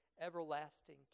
everlasting